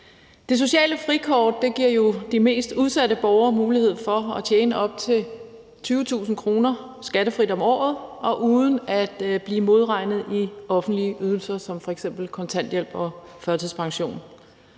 Det sociale frikort giver de mest udsatte borgere mulighed for at tjene op til 20.000 kr. skattefrit om året uden at blive modregnet i offentlige ydelser som f.eks. kontanthjælp og førtidspension.